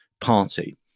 party